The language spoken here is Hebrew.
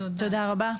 תודה רבה.